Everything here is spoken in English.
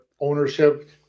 ownership